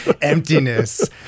emptiness